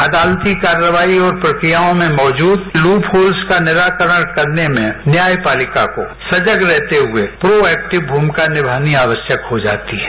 अदालती कार्यवाही और प्रक्रियाओं में मौजूद इन लू फोल्स का निराकरण करने में न्यायपालिका को सजग रहते हुए प्रोएक्टिव भूमिका निभानी आवश्यक हो जाती है